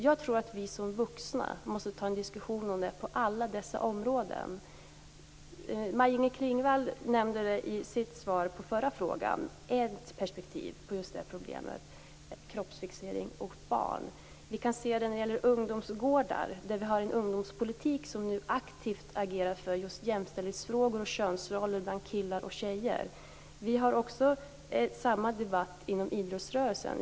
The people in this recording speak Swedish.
Jag tror att vi som vuxna måste ta en diskussion om detta på alla dessa områden. Maj-Inger Klingvall nämnde i sitt svar på förra frågan ett perspektiv på det här problemet: kroppsfixering hos barn. Vi kan se det när det gäller ungdomsgårdar. Här har vi en ungdomspolitik som nu aktivt agerar för jämställdhets och könsrollsfrågor bland killar och tjejer. Vi har också samma debatt inom idrottsrörelsen.